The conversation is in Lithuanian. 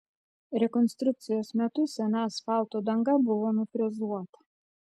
rekonstrukcijos metu sena asfalto danga buvo nufrezuota